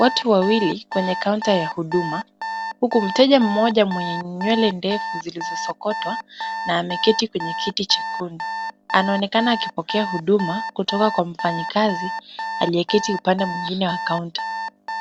Watu wawili kwenye counter ya huduma huku mteja mmoja mwenye nywele ndefu zilizosokotwa na ameketi kwenye kiti chekundu. Anaonekana akipokea huduma kutoka kwa mfanyikazi aliyeketi upande mwingine wa counter